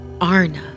Arna